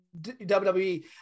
WWE